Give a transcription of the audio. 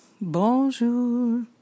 Bonjour